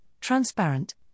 transparent